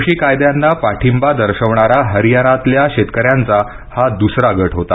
कृषी कायद्यांना पाठींबा दर्शवणारा हरियानातल्या शेतकऱ्यांचा हा द्सरा गट होता